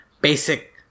basic